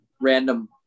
random